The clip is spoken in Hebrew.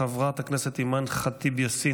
חברת הכנסת אימאן ח'טיב יאסין,